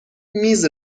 میز